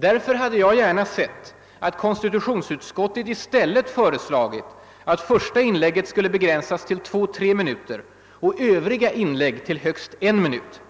Därför hade jag gärna sett att konstitutionsutskottet hade förslagit att första inlägget skall begränsas till två å tre minuter och övriga inlägg till högst en minut,